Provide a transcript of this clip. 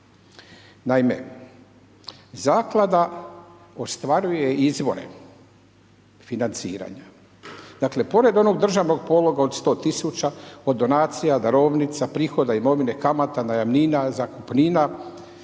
Naime, zaklada ostvaruje izvore financiranja, dakle pored onog državnog pologa od 100 000 od donacija, darovnica, prihoda imovine kamata, najamnina, zakupnina,